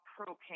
propane